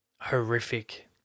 horrific